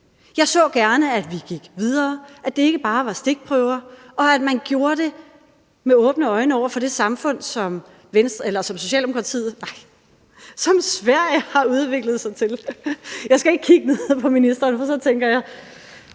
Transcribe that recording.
Jeg så gerne, at vi gik videre, at det ikke bare var stikprøver, og at man gjorde det med åbne øjne over for det samfund, som Venstre, nej, Socialdemokratiet, nej, Sverige har udviklet sig til. Jeg skal ikke kigge ned på ministeren, for så tænker jeg